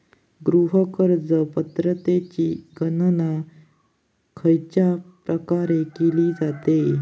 गृह कर्ज पात्रतेची गणना खयच्या प्रकारे केली जाते?